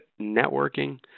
networking